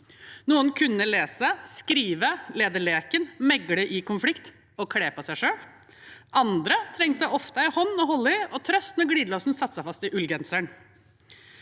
Noen kunne lese, skrive, lede leken, megle i konflikt og kle på seg selv. Andre trengte ofte en hånd å holde i og trøst når glidelåsen satte seg fast i ullgenseren.